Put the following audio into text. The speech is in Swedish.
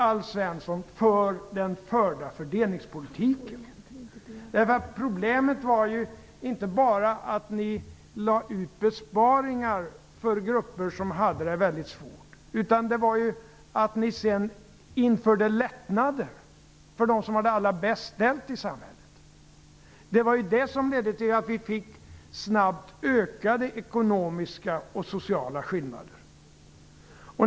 Alf Svensson, ni kan inte heller komma ifrån den förda fördelningspolitiken. Problemet var ju inte att det gjordes besparingar som drabbade grupper som hade det mycket svårt utan att det dessutom infördes lättnader för dem som hade det allra bäst ställt i samhället. Det var ju det som ledde till att vi i Sverige fick snabbt ökande sociala och ekonomiska skillnader.